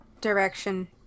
direction